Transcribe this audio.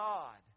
God